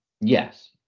Yes